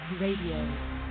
Radio